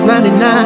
99